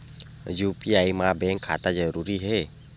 UPI मा bank खाता जरूरी हे?